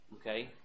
Okay